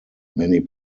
many